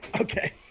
Okay